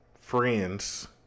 friends